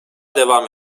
devam